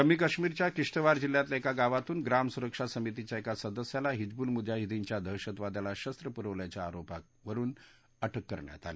जम्मू कश्मिरच्या किश्तवार जिल्ह्यातल्या एका गावातून ग्राम सुरक्षा समितीच्या एका सदस्याला हिजबूल मुजाहिदीनच्या दहशतवाद्याला शस्त्र पुरवल्याच्या आरोपावरुन अटक करण्यात आली